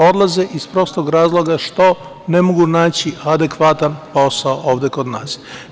Odlaze iz prostog razloga što ne mogu naći adekvatan posao ovde kod nas.